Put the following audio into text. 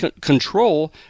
control